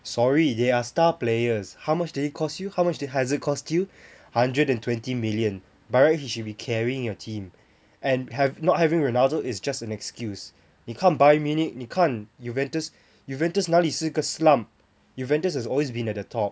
sorry they are star players how much did it cost you how much did hazard cost you a hundred and twenty million by right he should be carrying your team and have not having ronaldo is just an excuse 你看 Bayern Munich 你看 Juventus Juventus 哪里是一个 slump Juventus has always been at the top